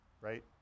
right